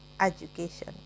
education